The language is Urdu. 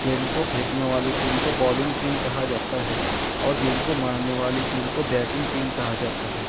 گیند کو پھینکنے والی ٹیم کو بالنگ ٹیم کہا جاتا ہے اور گیند کو مارنے والی ٹیم کو بیٹنگ ٹیم کہا جاتا ہے